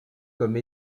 comme